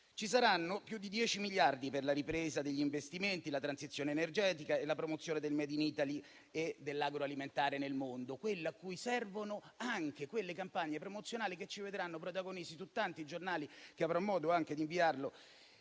Ci saranno più di dieci miliardi per la ripresa degli investimenti, la transizione energetica e la promozione del *made in Italy* e dell'agroalimentare nel mondo, settore cui servono anche le campagne promozionali. Tali campagne ci vedranno protagonisti su tanti giornali ed avrò modo anche di inviarle,